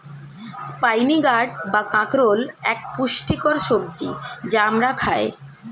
spiny gourd বা কাঁকরোল এক পুষ্টিকর সবজি যা আমরা খাই